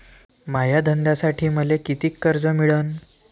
माया धंद्यासाठी मले कितीक कर्ज मिळनं?